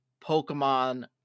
Pokemon